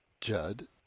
Judd